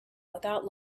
without